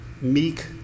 meek